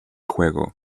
juego